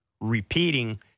repeating